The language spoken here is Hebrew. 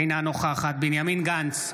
אינה נוכחת בנימין גנץ,